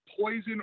Poison